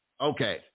Okay